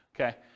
Okay